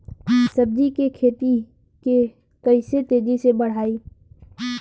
सब्जी के खेती के कइसे तेजी से बढ़ाई?